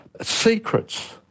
secrets